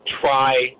try